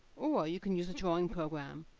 or you can use a drawing program.